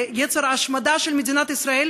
ליצר ההשמדה של מדינת ישראל,